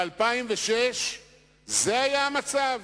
ב-2006 זה היה המצב,